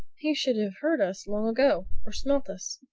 he should have heard us long ago or smelt us.